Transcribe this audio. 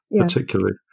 particularly